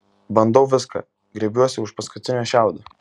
bandau viską grėbiuosi už paskutinio šiaudo